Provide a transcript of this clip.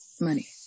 money